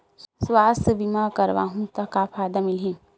सुवास्थ बीमा करवाहू त का फ़ायदा मिलही?